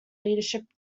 leadership